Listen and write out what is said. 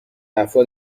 افراد